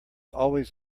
always